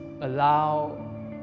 allow